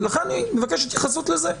ולכן אני מבקש התייחסות לזה.